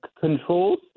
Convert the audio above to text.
controls